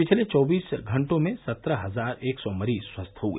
पिछले चौबीस घंटों में सत्रह हजार एक सौ मरीज स्वस्थ हुए